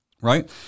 right